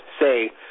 say